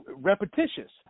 repetitious